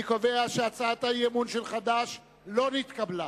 אני קובע שהצעת האי-אמון של חד"ש לא נתקבלה.